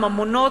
ממונות,